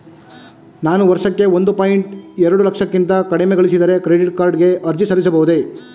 ನಾನು ವರ್ಷಕ್ಕೆ ಒಂದು ಪಾಯಿಂಟ್ ಎರಡು ಲಕ್ಷಕ್ಕಿಂತ ಕಡಿಮೆ ಗಳಿಸಿದರೆ ಕ್ರೆಡಿಟ್ ಕಾರ್ಡ್ ಗೆ ಅರ್ಜಿ ಸಲ್ಲಿಸಬಹುದೇ?